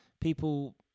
People